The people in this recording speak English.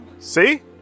See